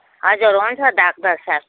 हजुर हुन्छ डक्टर साहेब